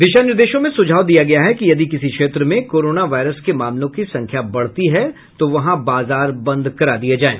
दिशा निर्देशों में सुझाव दिया गया है कि यदि किसी क्षेत्र में कोरोना वायरस के मामलों की संख्या बढ़ती है तो वहां बाजार बंद करा दिए जाएं